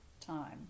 time